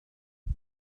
ich